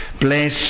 Bless